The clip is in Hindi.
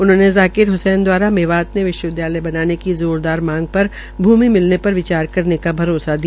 उन्होंने जाकिर हसैन दवारा मेवात में विश्वविद्यालय बनाने की जोरदार मांगपर भूमि मिलने पर विचार करने का भरोसा दिया